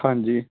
ਹਾਂਜੀ